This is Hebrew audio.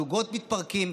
זוגות מתפרקים,